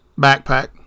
backpack